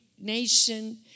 nation